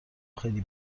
خیلی